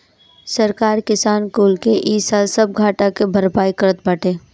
सरकार किसान कुल के इ साल सब घाटा के भरपाई करत बाटे